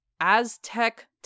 Aztec